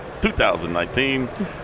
2019